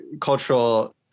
cultural